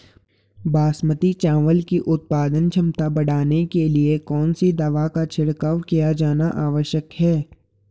बासमती चावल की उत्पादन क्षमता बढ़ाने के लिए कौन सी दवा का छिड़काव किया जाना आवश्यक है?